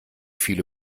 viele